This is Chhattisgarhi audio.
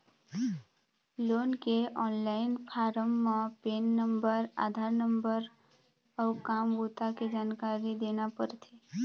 लोन के ऑनलाईन फारम म पेन नंबर, आधार नंबर अउ काम बूता के जानकारी देना परथे